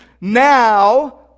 now